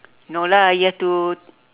no lah you have to